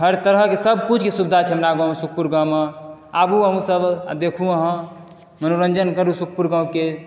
हर तरह के सबकिछु के सुविधा छै हमरा गाँव सुपुर गाँवमे आबू अहूँ सब आ देखु अहाँ मनोरंजन करू सुपुर गाँवके